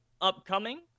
upcoming